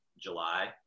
July